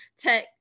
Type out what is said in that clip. tech